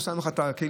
הוא שם לך את הכלים,